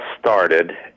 started